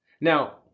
Now